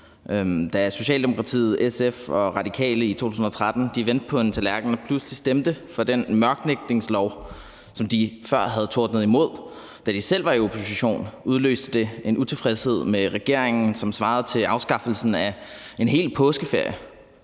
Da Socialdemokratiet, SF og Radikale i 2013 vendte på en tallerken og pludselig stemte for den mørklægningslov, som de før havde tordnet imod, da de selv var i opposition, udløste det en utilfredshed med regeringen, som svarede til afskaffelsen af en hel påskeferie.